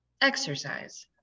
exercise